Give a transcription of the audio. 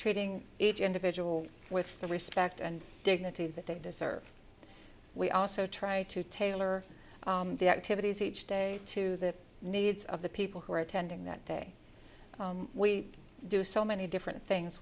treating each individual with the respect and dignity that they deserve we also try to tailor the activities each day to the needs of the people who are attending that day we do so many different things